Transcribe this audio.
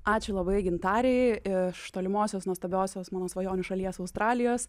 ačiū labai gintarei iš tolimosios nuostabiosios mano svajonių šalies australijos